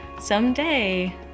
someday